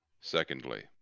Secondly